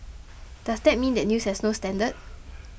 does that mean that news has no standard